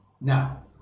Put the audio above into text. Now